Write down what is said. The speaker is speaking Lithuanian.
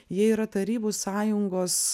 jie yra tarybų sąjungos